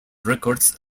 records